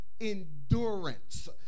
endurance